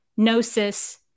gnosis